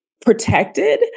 protected